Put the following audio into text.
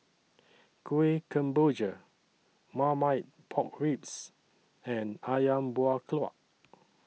Kueh Kemboja Marmite Pork Ribs and Ayam Buah Keluak